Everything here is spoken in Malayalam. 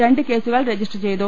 രണ്ട് കേസുകൾ രജിസ്റ്റർ ചെയ്തു